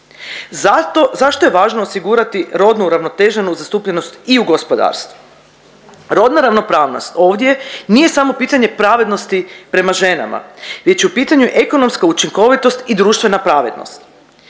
zašto je važno osigurati rodno uravnoteženu zastupljenost i u gospodarstvu? Rodna ravnopravnost ovdje nije samo pitanje pravednosti prema ženama već je u pitanju ekonomska učinkovitost i društvena pravednost.